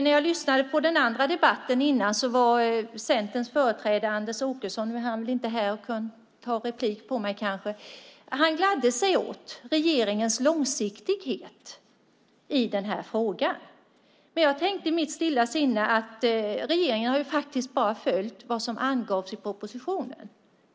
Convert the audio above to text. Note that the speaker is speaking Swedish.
När jag lyssnade på den andra debatten innan var Centerns företrädare Anders Åkesson - nu är han inte här och kan ta en replik - glad åt regeringens långsiktighet i den här frågan. Men jag tänkte i mitt stilla sinne att regeringen ju faktiskt har följt vad som angavs i propositionen.